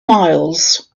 miles